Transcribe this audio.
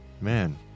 man